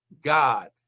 God